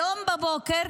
היום בבוקר,